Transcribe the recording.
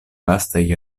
vastaj